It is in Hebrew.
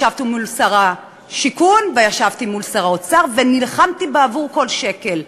ישבתי מול שר השיכון וישבתי מול שר האוצר ונלחמתי בעבור כל שקל,